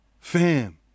fam